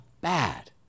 bad